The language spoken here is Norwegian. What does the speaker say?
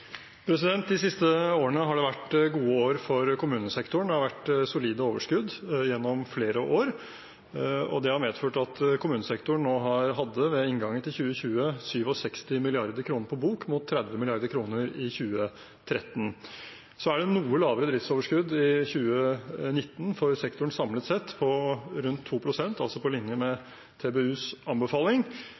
De siste årene har vært gode år for kommunesektoren. Det har vært solide overskudd gjennom flere år. Det har medført at kommunesektoren ved inngangen til 2020 hadde 67 mrd. kr på bok, mot 30 mrd. kr i 2013. Så er det et noe lavere driftsoverskudd i 2019 for sektoren samlet sett, rundt 2 pst., altså på linje med TBUs anbefaling,